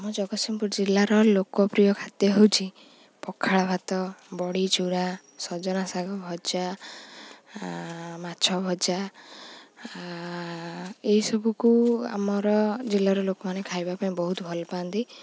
ଆମ ଜଗତସିଂହପୁର ଜିଲ୍ଲାର ଲୋକପ୍ରିୟ ଖାଦ୍ୟ ହେଉଛି ପଖାଳ ଭାତ ବଡ଼ି ଚୁରା ସଜନା ଶାଗ ଭଜା ମାଛ ଭଜା ଏସବୁକୁ ଆମର ଜିଲ୍ଲାର ଲୋକମାନେ ଖାଇବା ପାଇଁ ବହୁତ ଭଲ ପାଆନ୍ତି